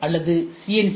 M அல்லது C